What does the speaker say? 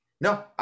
No